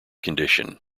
condition